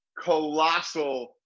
colossal